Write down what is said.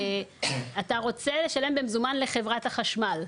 אתה רוצה לשלם במזומן לחברת החשמל,